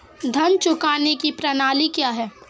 ऋण चुकाने की प्रणाली क्या है?